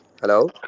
Hello